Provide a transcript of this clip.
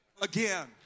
again